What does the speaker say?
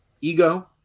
ego